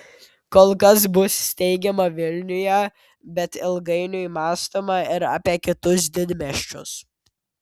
kol kas bus steigiama vilniuje bet ilgainiui mąstoma ir apie kitus didmiesčius